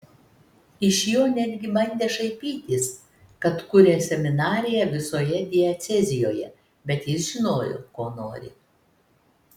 iš jo netgi bandė šaipytis kad kuria seminariją visoje diecezijoje bet jis žinojo ko nori